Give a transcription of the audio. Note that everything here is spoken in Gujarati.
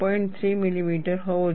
3 મિલીમીટર હોવો જોઈએ